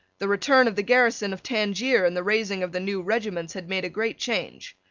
the return of the garrison of tangier and the raising of the new regiments had made a great change.